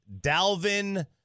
Dalvin